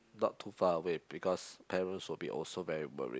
not too far away because parents will be also very worried